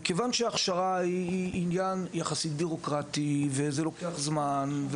כיוון שההכשרה היא עניין יחסית בירוקרטי וזה לוקח זמן,